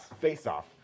Face-off